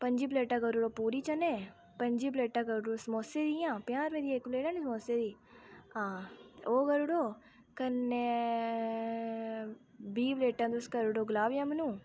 पं'जी प्लेटां करू उड़ो पूड़ी चने पं'जी प्लेटां करू उड़ो समोसे दियां पंजाह् रपेंऽ दी इक प्लेट नी समोसे दी हां ते ओह् करू उड़ो कन्नै बीह् प्लेटां तुस करू उड़ो गुलाब जामुन